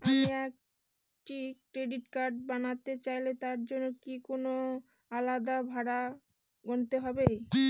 আমি একটি credit card বানাতে চাইলে তার জন্য কি কোনো আলাদা ভাড়া গুনতে হবে?